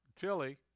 Tilly